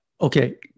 Okay